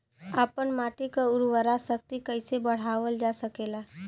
आपन माटी क उर्वरा शक्ति कइसे बढ़ावल जा सकेला?